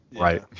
Right